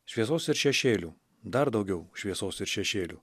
šviesos ir šešėlių dar daugiau šviesos ir šešėlių